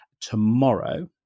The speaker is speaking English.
tomorrow